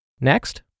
Next